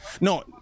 No